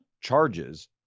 charges